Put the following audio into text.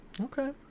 okay